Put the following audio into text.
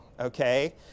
okay